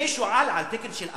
אני שועל על תקן של ארנב,